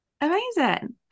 Amazing